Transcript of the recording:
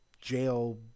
jail